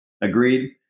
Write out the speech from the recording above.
Agreed